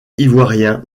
ivoirien